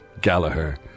Gallagher